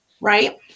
right